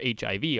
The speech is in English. HIV